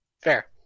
Fair